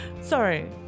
Sorry